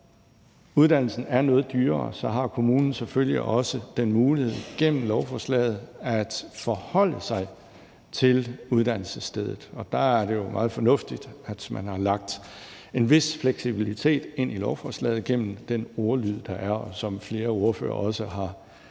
da uddannelsen er noget dyrere, har kommunen selvfølgelig også den mulighed gennem lovforslaget at forholde sig til uddannelsesstedet, og der er det jo meget fornuftigt, at man har lagt en vis fleksibilitet ind i lovforslaget gennem den ordlyd, der er, og som flere ordførere også har debatteret.